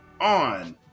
on